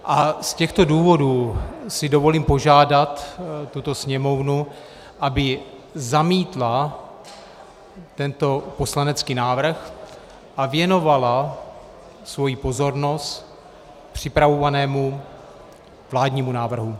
Z těchto důvodů si dovolím požádat tuto Sněmovnu, aby zamítla tento poslanecký návrh a věnovala svoji pozornost připravovanému vládnímu návrhu.